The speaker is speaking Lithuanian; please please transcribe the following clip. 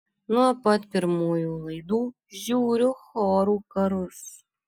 nuo pat pirmųjų laidų žiūriu chorų karus